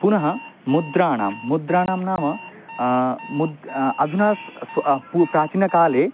पुनः मुद्राणां मुद्राणां नाम मुद् अधुना स्व प्राचीनकाले